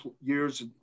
years